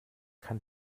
kann